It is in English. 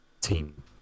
team